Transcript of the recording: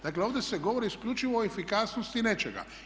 Dakle ovdje se govori isključivo o efikasnosti nečega.